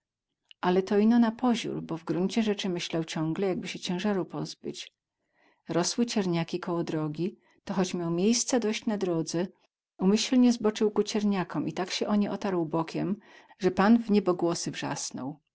ale to ino na poziór bo w gruncie rzecy myślał ciągle jakby sie cięzaru pozbyć rosły cierniaki koło drogi to choć miał miejsca doś na drodze umyśnie zbocył ku cierniakom i tak sie o nie otarł bokiem ze pan wniebogłosy wrzasnął